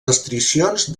restriccions